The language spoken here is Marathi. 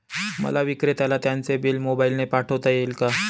मला विक्रेत्याला त्याचे बिल मोबाईलने पाठवता येईल का?